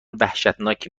وحشتناکی